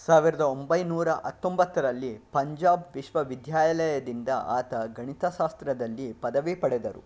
ಸಾವಿರದ ಒಂಬೈನೂರ ಹತ್ತೊಂಬತ್ತರಲ್ಲಿ ಪಂಜಾಬ್ ವಿಶ್ವವಿದ್ಯಾಲಯದಿಂದ ಆತ ಗಣಿತಶಾಸ್ತ್ರದಲ್ಲಿ ಪದವಿ ಪಡೆದರು